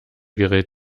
gerät